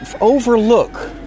overlook